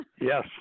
Yes